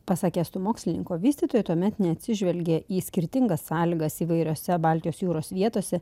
pasak estų mokslininko vystytojai tuomet neatsižvelgė į skirtingas sąlygas įvairiose baltijos jūros vietose